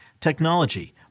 technology